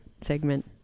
segment